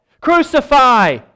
Crucify